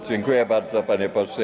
Dziękuję bardzo, panie pośle.